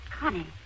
Connie